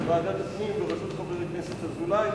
לוועדת הפנים בראשות חבר הכנסת אזולאי.